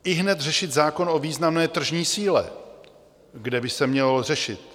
Ihned řešit zákon o významné tržní síle, kde by se měl řešit: